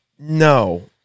No